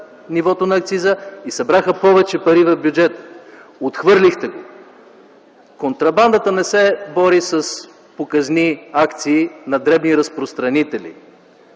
нивото на акциза и събраха повече пари в бюджета. Отхвърлихте го! Контрабандата не се бори с показни акции на дребни разпространители.